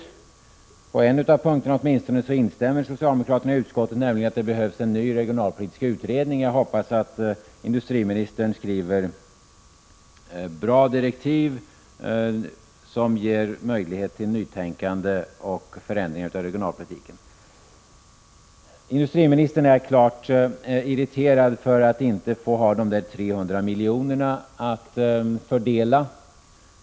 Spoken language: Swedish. På åtminstone en av punkterna instämmer socialdemokraterna i utskottet, nämligen att det behövs en ny regionalpolitisk utredning. Och jag hoppas att industriministern skriver bra direktiv som ger möjlighet till nytänkande och förändring av regionalpolitiken. Industriministern är klart irriterad över att inte få dessa 300 miljoner att fördela.